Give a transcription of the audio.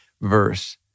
verse